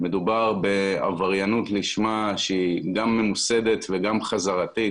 מדובר בעבריינות לשמה שהיא גם ממוסדת וגם חזרתית